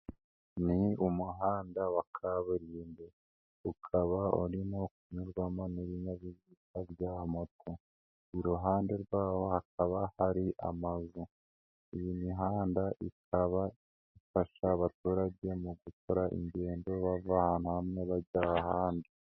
Ni umuhanda wa kaburimbo, ukaba urimo kunyarwamana n'inyabiziga bya moto, iruhande rwabo hakaba hari amazu, iyi mihanda ikaba ifasha abaturage mu gukora ingendo, bava ahantu hamwe, bajya ahandi.